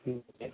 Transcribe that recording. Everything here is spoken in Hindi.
ठीक है